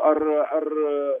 ar ar